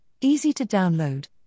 easy-to-download